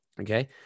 Okay